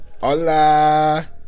hola